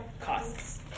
costs